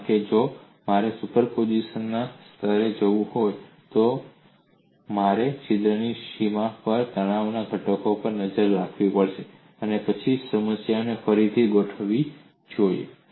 કારણ કે જો મારે સુપરપોઝિશન ના સ્તરે જવું હોય તો મારે છિદ્રની સીમા પરના તણાવના ઘટકો પર નજર રાખવી જોઈએ અને પછી સમસ્યાને ફરીથી ગોઠવવી જોઈએ